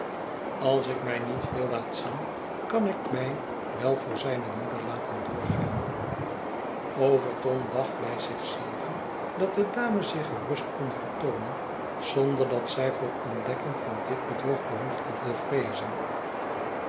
als ik mij niet veel laat zien kan ik mij wel voor zijne moeder laten doorgaan overton dacht bij zich zelven dat de dame zich gerust kon vertoonen zonder dat zij voor ontdekking van dit bedrog behoefde te vreezen